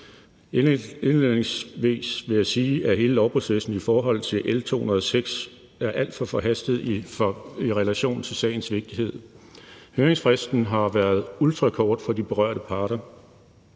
Indledningsvis vil jeg sige, at hele lovprocessen i forhold til L 206 er alt for forhastet set i relation til sagens vigtighed. Høringsfristen har været ultrakort for de berørte parter.